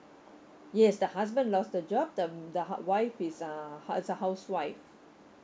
yes the husband love the job the the wife is uh is a housewife